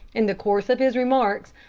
in the course of his remarks,